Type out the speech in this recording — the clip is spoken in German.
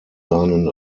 seinen